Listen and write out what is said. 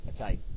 okay